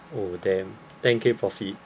oh damn ten K for free